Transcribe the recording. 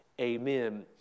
Amen